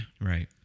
right